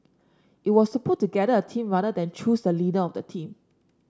it was to put together a team rather than choose the leader of the team